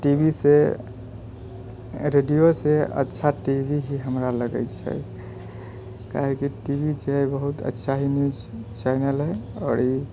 टीवीसे रेडियोसे अच्छा टीवी ही हमरा लगै छै काहे कि टीवी छियै बहुत अच्छा ही न्यूज चैनल हय आओर ई